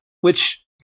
Which-